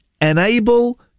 enable